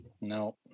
No